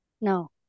No